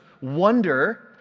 wonder